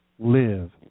Live